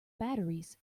batteries